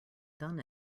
done